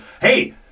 hey